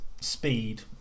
speed